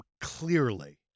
clearly